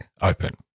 open